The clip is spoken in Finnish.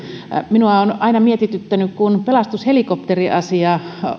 minua on aina mietityttänyt kun pelastushelikopteriasia